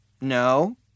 No